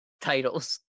titles